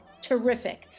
terrific